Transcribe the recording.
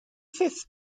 fifth